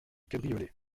cabriolet